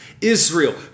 Israel